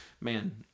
man